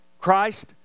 Christ